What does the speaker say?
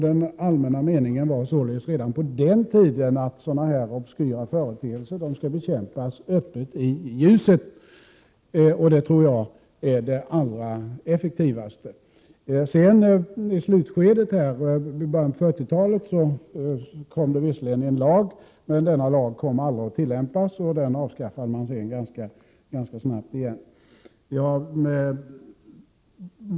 Den allmänna meningen var således redan på den tiden att sådana obskyra företeelser skall bekämpas öppet och i ljuset. Det tror jag är det allra effektivaste. Under nazismens slutskede, i början av 1940-talet, stiftades det visserligen en lag, men den kom aldrig att tillämpas. Den avskaffade man sedan ganska snabbt igen.